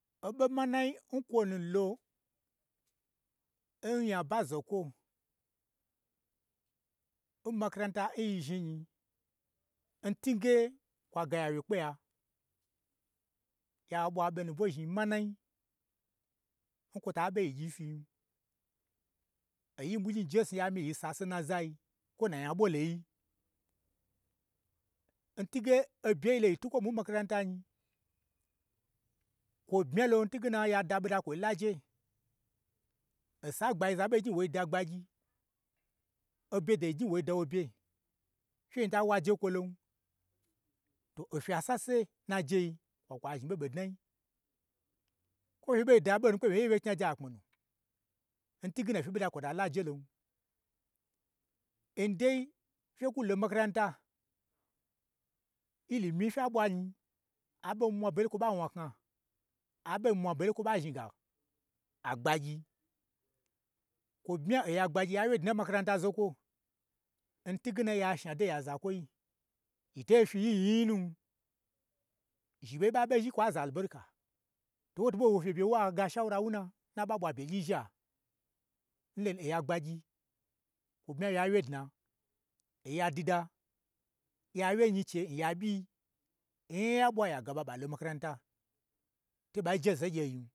Oɓo mana n kwonulo, n nyaba zokwo, n makaranta nyi zhni nyin, n twuge kwa ga yawye kpeya, ya ɓwa ɓo nubwo zhni manai, n kwo ta ɓoyi n gyi fyin, oyi ɓwugyi n jesnu, ya myi n sase n na, ai, kwo nna nya ɓolo yii, n twuge o bye nyi loyi twu kwo mwui n makaranta nyi, kwo bmya lo n twuge na, ya da ɓoda kwo la je. Osan gbagyi za ɓongnyi woi da gbagyi, obye do gnyi woi da wo bye, fyen ta waje kwolon, to ofya sase n najei, kwoi kwa zhni ɓo dnai, kwo wo ɓo da ɓo honu, kowoi ngye fye knyaje akpminu, ntwuge na ofye ɓoda kwota la je lon, n dai fye kwu lo makaranta ilimi nfya ɓwain, oɓo n mwa begye lo n kwa ɓa wnakna, aɓo mwa begye lo n ko ɓa zhni ga agbagyi, kwo bmya oya gbagyi ya wye dna n makaranta zokwo, n twuge na ya shanado n ya zakwoi, yi to fyi yi nyi yinyi nu, zhi ɓe yi ɓa ɓe zhi kwa zo anaberika, ton woto ɓo wo fye byen nwaga shauran wuna, nna ɓa ɓwa bye gyi nzha, n ɓonu oya gbagyi kwo gmyalo ya wye dna, oya dida, ya wye nyiche n ya ɓyi-i onya n ya ɓwa ya gaɓa ɓa lo makaranta, to ɓei je ze n gye yin.